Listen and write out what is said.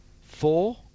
four